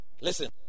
Listen